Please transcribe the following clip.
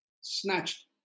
snatched